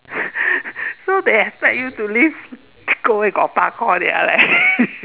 so they expect you to live hokkien